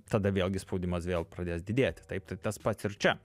tada vėlgi spaudimas vėl pradės didėti taip tai tas pats ir čia